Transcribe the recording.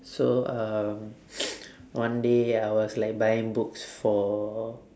so um one day I was like buying books for